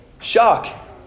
shock